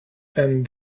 and